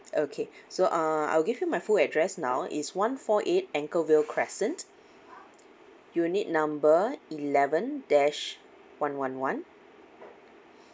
okay so uh I'll give you my full address now it's one four eight anchorvale crescent unit number eleven dash one one one